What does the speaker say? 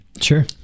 Sure